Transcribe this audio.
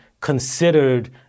considered